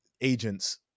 agents